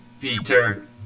Peter